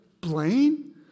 Blaine